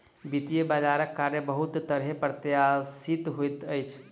वित्तीय बजारक कार्य बहुत तरहेँ अप्रत्याशित होइत अछि